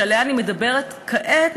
שעליה אני מדברת כעת,